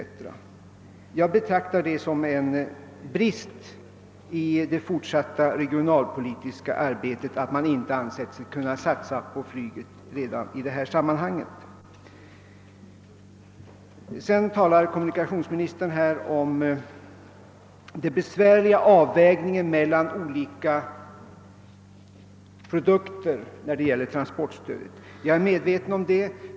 Jag betraktar det därför som en brist i det fortsatta regionalpolitiska arbetet, att man inte har ansett sig kunna satsa på flyget redan nu. Kommunikationsministern har vidare talat om den besvärliga avvägningen mellan olika produkter när det gäller transportstödet. Jag är medveten om detta problem.